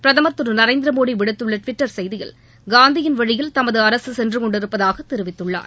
பிரதமர் திரு நரேந்திரமோடி விடுத்துள்ள டிவிட்டர் செய்தியில் காந்தியின் வழியில் தமது அரசு சென்றுகொண்டிருப்பதாக தெரிவித்துள்ளார்